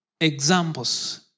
examples